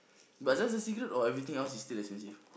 but just the cigarettes or everything else is still expensive